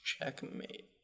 Checkmate